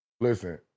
Listen